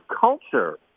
culture